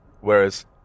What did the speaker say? Whereas